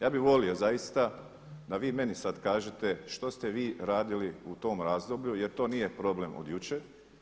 Ja bih volio zaista da vi meni sad kažete što ste vi radili u tom razdoblju jer to nije problem od jučer.